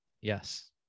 Yes